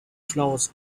flowers